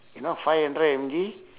you know five hundred M_G